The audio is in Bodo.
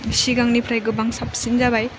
सिगांनिफ्राय गोबां साबसिन जाबाय